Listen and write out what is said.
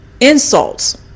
insults